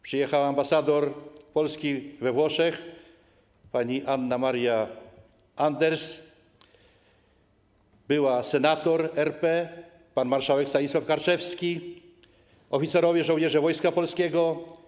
Przyjechał ambasador Polski we Włoszech, pani Anna Maria Anders, była senator RP, pan marszałek Stanisław Karczewski, oficerowie, żołnierze Wojska Polskiego.